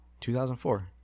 2004